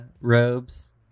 robes